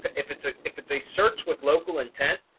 but if it's a if it's a search with local intent,